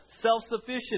self-sufficient